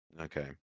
Okay